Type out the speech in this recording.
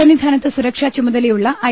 സന്നിധാ നത്ത് സുരക്ഷാചുമതലയുള്ള ഐ